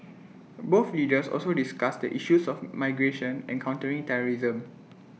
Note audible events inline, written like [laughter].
[noise] both leaders also discussed the issues of migration and countering terrorism